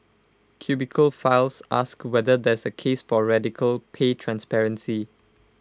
cubicle files asks whether there's A case for radical pay transparency